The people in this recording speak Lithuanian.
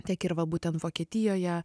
tiek ir va būtent vokietijoje